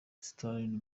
sterling